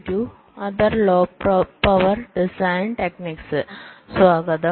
തിരികെ സ്വാഗതം